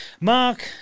Mark